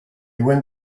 went